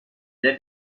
that